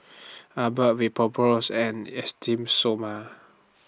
Abbott Vapodrops and Esteem Stoma